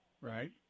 Right